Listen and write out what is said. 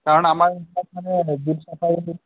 কাৰণ আমাৰ